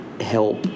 help